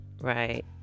right